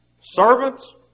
Servants